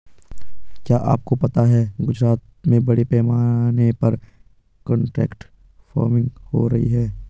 क्या आपको पता है गुजरात में बड़े पैमाने पर कॉन्ट्रैक्ट फार्मिंग हो रही है?